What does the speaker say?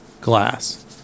glass